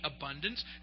abundance